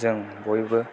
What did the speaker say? जों बयबो